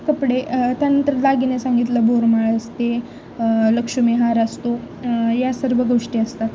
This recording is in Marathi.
कपडे त्यानंतर दागिने सांगितलं बोर माळ असते लक्ष्मीहार असतो या सर्व गोष्टी असतात